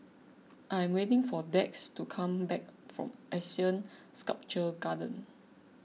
I am waiting for Dax to come back from Asean Sculpture Garden